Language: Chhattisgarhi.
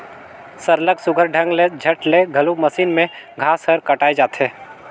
सरलग सुग्घर ढंग ले झट ले घलो मसीन में घांस हर कटाए जाथे